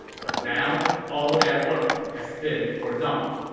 but now, all that work has been for naught.